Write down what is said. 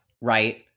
Right